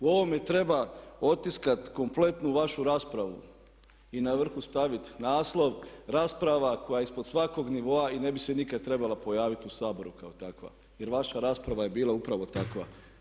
U ovome treba otiskat kompletnu vašu raspravu i na vrhu staviti naslov „Rasprava koja je ispod svakog nivoa i ne bi se nikad trebala pojaviti u Saboru kao takva“ jer vaša rasprava je bila upravo takva.